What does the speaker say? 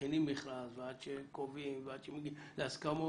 שמכינים מכרז ועד שקובעים ועד שמגיעים להסכמות,